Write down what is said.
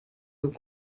amb